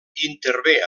intervé